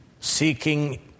seeking